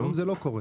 היום זה לא קורה.